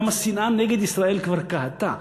גם השנאה נגד ישראל כבר קהתה.